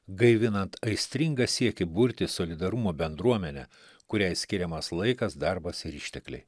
gaivinant aistringą siekį burti solidarumo bendruomenę kuriai skiriamas laikas darbas ir ištekliai